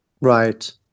Right